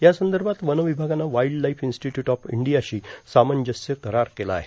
यासंदर्भात वनविभागानं wildlife institute of इंडियाशी सामंजस्य करार केला आहे